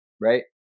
Right